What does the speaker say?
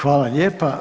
Hvala lijepa.